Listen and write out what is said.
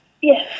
Yes